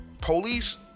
Police